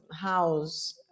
house